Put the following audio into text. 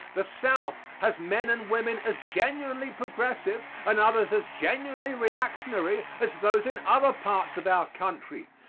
the south has men and women as genuinely progressive and others as genuinely reactionary as those in other parts of our country.